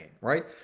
right